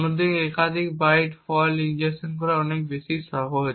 অন্যদিকে একাধিক byte fault injection করা অনেক বেশি সহজ